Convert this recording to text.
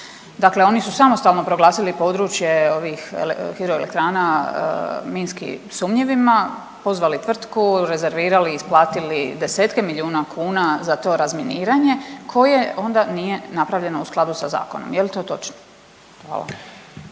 Dakle, oni su samostalno proglasili područje ovih hidroelektrana minski sumnjivima, pozvali tvrtku, rezervirali, isplatili desetke milijuna kuna za to razminiranje koje onda nije napravljeno u skladu sa zakonom. Jel to točno? Hvala.